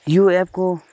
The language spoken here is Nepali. यो एपको